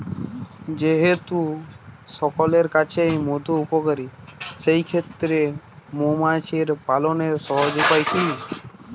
যেহেতু সকলের কাছেই মধু উপকারী সেই ক্ষেত্রে মৌমাছি পালনের সহজ উপায় কি?